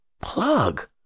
plug